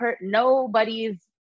nobody's